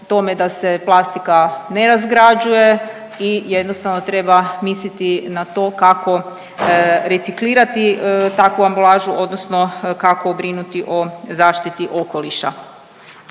tome da se plastika ne razgrađuje i jednostavno treba misliti na to kako reciklirati takvu ambalažu odnosno kako brinuti o zaštiti okoliša.